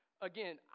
again